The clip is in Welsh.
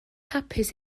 hapus